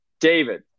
David